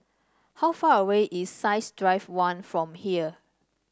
how far away is Science Drive One from here